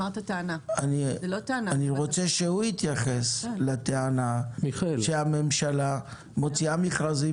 אני רוצה שהוא יתייחס לטענה שהממשלה מוציאה מכרזים